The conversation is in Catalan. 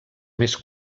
més